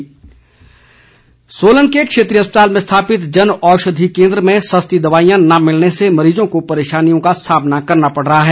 जनऔषधी सोलन के क्षेत्रीय अस्पताल में स्थापित जनऔषधी केंद्र में सस्ती दवाईयां न मिलने से मरीजों को परेशानी का सामना करना पड़ रहा है